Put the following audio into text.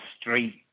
street